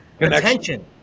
attention